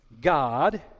God